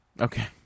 Okay